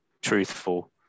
truthful